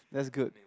that's good